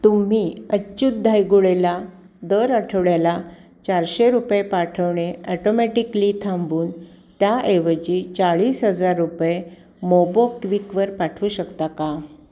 तुम्ही अच्युत धायगुडेला दर आठवड्याला चारशे रुपये पाठवणे ॲटोमॅटिकली थांबवून त्याऐवजी चाळीस हजार रुपये मोबोक्विकवर पाठवू शकता का